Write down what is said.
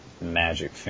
magic